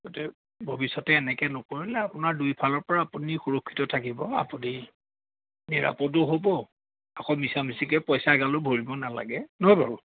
গোটেই ভৱিষ্যতে এনেকৈ নকৰিলে আপোনাৰ দুই ফালৰ পৰা আপুনি সুৰক্ষিত থাকিব আপুনি নিৰাপদো হ'ব আকৌ মিছা মিছিকৈ পইচা এগালো ভৰিব নালাগে ন বাৰু